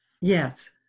Yes